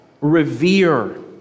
revere